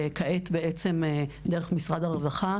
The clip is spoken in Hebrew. וכעת בעצם דרך משרד הרווחה,